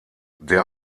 der